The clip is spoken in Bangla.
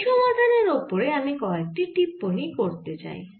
এই সমাধানের ওপরে আমি কয়েকটি টিপ্পনী করতে চাই